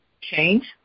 change